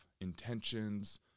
intentions